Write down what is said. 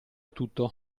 tutto